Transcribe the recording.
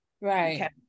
right